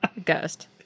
Ghost